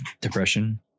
depression